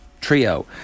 trio